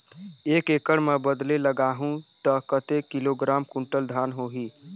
एक एकड़ मां बदले लगाहु ता कतेक किलोग्राम कुंटल धान होही?